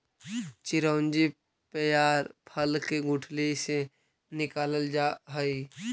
चिरौंजी पयार फल के गुठली से निकालल जा हई